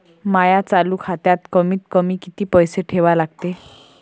माया चालू खात्यात कमीत कमी किती पैसे ठेवा लागते?